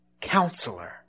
Counselor